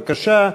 בבקשה,